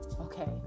okay